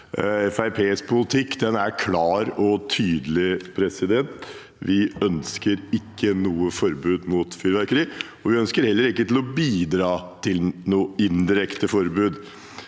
politikk er klar og tydelig. Vi ønsker ikke noe forbud mot fyrverkeri. Vi ønsker heller ikke å bidra til noe indirekte forbud